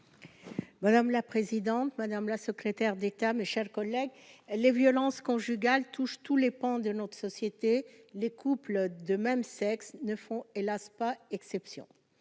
Madame la présidente, madame la secrétaire d'État, mes chers collègues, les violences conjugales, touche tous les pans de notre société, les couples de même sexe ne font hélas pas exception